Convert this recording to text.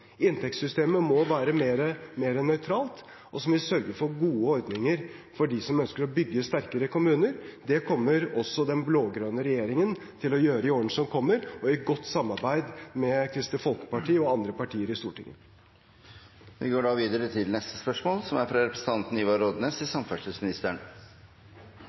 Inntektssystemet må være mer nøytralt, og så må vi sørge for gode ordninger for dem som ønsker å bygge sterkere kommuner. Det kommer også den blå-grønne regjeringen til å gjøre i årene som kommer, og i godt samarbeid med Kristelig Folkeparti og andre partier i